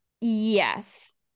yes